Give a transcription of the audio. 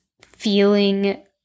feeling